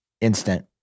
Instant